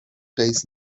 days